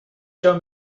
show